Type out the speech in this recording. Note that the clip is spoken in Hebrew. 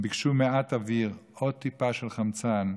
הם ביקשו מעט אוויר, עוד טיפה של חמצן,